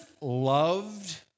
loved